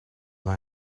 land